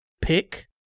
pick